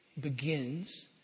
begins